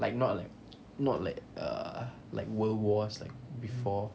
like not like not like uh like world wars like before